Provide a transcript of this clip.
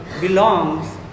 belongs